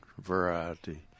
variety